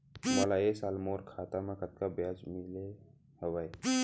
मोला ए साल मोर खाता म कतका ब्याज मिले हवये?